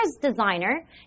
designer